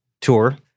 tour